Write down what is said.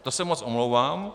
To se moc omlouvám.